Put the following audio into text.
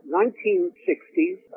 1960s